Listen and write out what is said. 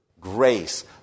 grace